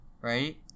Right